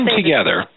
together